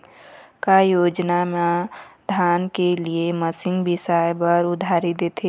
का योजना मे धान के लिए मशीन बिसाए बर उधारी देथे?